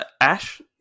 Ash